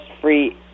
free